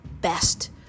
best